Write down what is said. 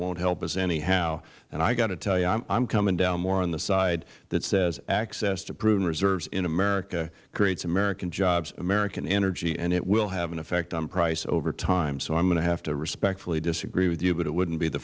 won't help us anyhow and i have to tell you i am coming down more on the side that says access to proven reserves in america creates american jobs american energy and it will have an effect on price over time so i am going to have to respectfully disagree with you but it wouldn't be the